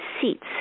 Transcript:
seats